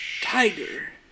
Tiger